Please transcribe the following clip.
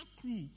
crew